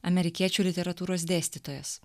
amerikiečių literatūros dėstytojas